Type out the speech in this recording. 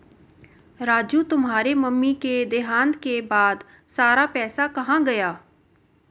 राजू तुम्हारे मम्मी के देहांत के बाद सारा पैसा कहां गया?